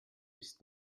ist